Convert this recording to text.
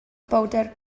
bowdr